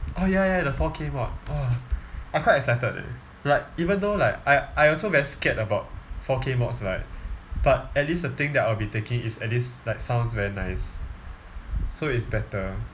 oh ya ya the four K mod oh I quite excited leh like even though like I I also very scared about four K mods but but at least the thing that I will be taking is at least like sounds very nice so it's better